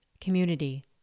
community